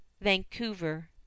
Vancouver